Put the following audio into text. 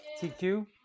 TQ